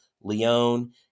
Leon